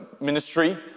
ministry